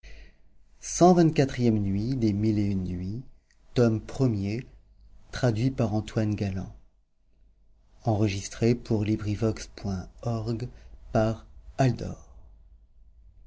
les mille et une nuits